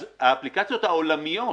אז האפליקציות העולמיות